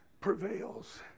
prevails